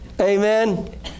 Amen